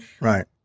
Right